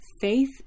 Faith